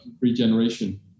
regeneration